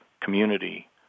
community